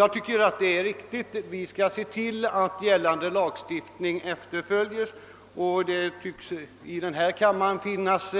Enligt min mening skall vi också se till att gällande lagstiftning efterföljs, men det tycks i denna kammare finnas